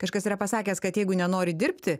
kažkas yra pasakęs kad jeigu nenori dirbti